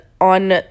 on